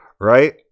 right